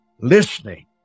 listening